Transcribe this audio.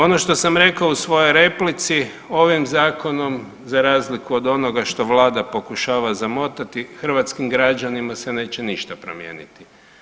Ono što sam rekao u svojoj replici ovim zakonom, za razliku od onoga što Vlada pokušava zamotati hrvatskim građanima se neće ništa promijeniti.